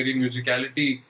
musicality